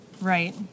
Right